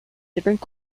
different